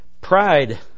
Pride